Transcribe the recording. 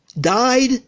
died